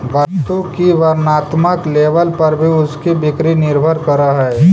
वस्तु की वर्णात्मक लेबल पर भी उसकी बिक्री निर्भर करअ हई